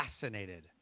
fascinated